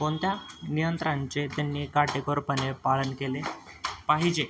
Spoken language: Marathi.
कोणत्या नियंत्रांचे त्यांनी काटेकोरपणे पालन केले पाहिजे